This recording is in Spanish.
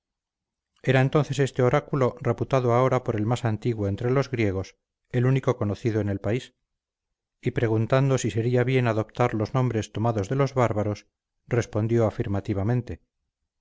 era entonces este oráculo reputado ahora por el más antiguo entre los griegos el único conocido en el país y preguntado si sería bien adoptar los nombres tomados de los bárbaros respondió afirmativamente